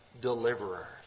deliverer